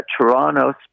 Toronto